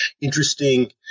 interesting